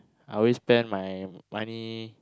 I always spend my money